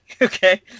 okay